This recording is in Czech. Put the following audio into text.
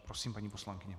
Prosím, paní poslankyně.